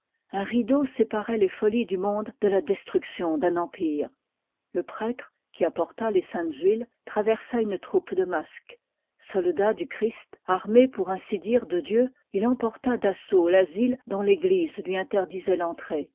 un rideau séparoit les folies du monde de la destruction d'un empire le prêtre qui apporta les saintes huiles traversa une troupe de masques soldat du christ armé pour ainsi dire de dieu il emporta d'assaut l'asile dont teglise lui interdisoit feutrée